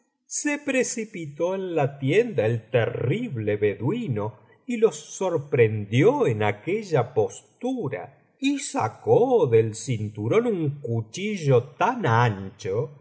se precipitó en la tienda el terrible beduino y los sorprendió en aquella postura y sacó del cinturón un cuchillo tan ancho